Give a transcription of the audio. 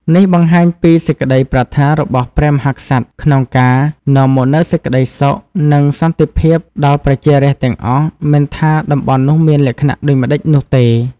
នេះបង្ហាញពីសេចក្តីប្រាថ្នារបស់ព្រះមហាក្សត្រក្នុងការនាំមកនូវសេចក្តីសុខ និងសន្តិភាពដល់ប្រជារាស្ត្រទាំងអស់ មិនថាតំបន់នោះមានលក្ខណៈដូចម្ដេចនោះទេ។